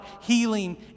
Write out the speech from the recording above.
healing